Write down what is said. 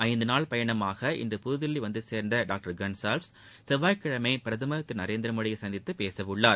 ஐந்து நாள் பயணமாக இன்று புதுதில்லி வந்து சேர்ந்த டாக்டர் கன்சால்வ்ஸ் செவ்வாய்க்கிழமை பிரதமர் திரு நரேந்திரமோதியை சந்தித்து பேசவுள்ளார்